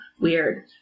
weird